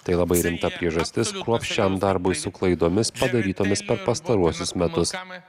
tai labai rimta priežastis kruopščiam darbui su klaidomis padarytomis per pastaruosius metus